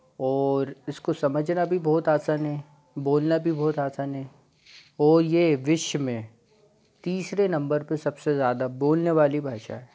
और इसको समझना भी बहुत आसान है बोलना भी बहुत आसान है और ये विश्व में तीसरे नंबर पर सबसे ज़्यादा बोलने वाली भाषा है